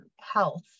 health